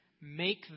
make